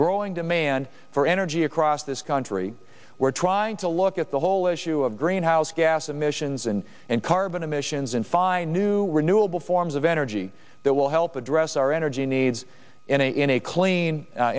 growing demand for energy across this country we're trying to look at the whole issue of greenhouse gas emissions and and carbon emissions and find new renewable forms of energy that will help address our energy needs in a in a clean